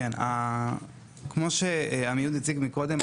כמו שעמיהוד הציג מקודם,